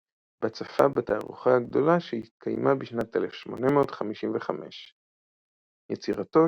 בה צפה בתערוכה גדולה שהתקיימה בשנת 1855. יצירתו